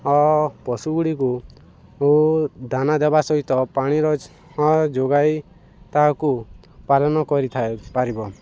ପଶୁଗୁଡ଼ିକୁ ଦାନା ଦେବା ସହିତ ପାଣିର ଯୋଗାଇ ତାହାକୁ ପାଳନ କରିଥାଏ ପାରିବ